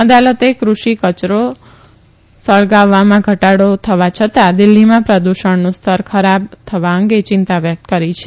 અદાલતે કૃષિ કચરો સત્રગાળવામાં ધટાડો થવા છતાં દિલ્લીમાં પ્રદૂષણનું સ્તર ખરાબ થવા અંગે ચિંતા વ્યકત કરી છે